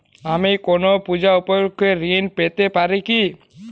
আমি কোনো পূজা উপলক্ষ্যে ঋন পেতে পারি কি?